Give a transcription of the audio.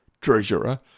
treasurer